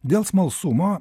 dėl smalsumo